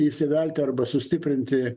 įsivelti arba sustiprinti